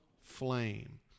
flame